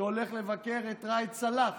שהולך לבקר את ראאד סלאח,